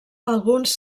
alguns